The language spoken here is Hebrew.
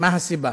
מה הסיבה.